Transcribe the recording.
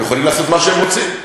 הם יכולים לעשות מה שהם רוצים.